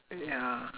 ya